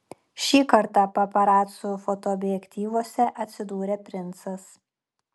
šį kartą paparacų fotoobjektyvuose atsidūrė princas